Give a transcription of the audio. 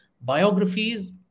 Biographies